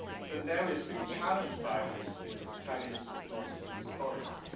sandel is being challenged by his chinese philosophy scholars.